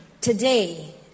today